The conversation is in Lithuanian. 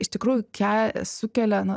iš tikrųjų kelia sukelia na